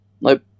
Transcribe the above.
Nope